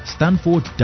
Stanford